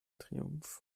triumph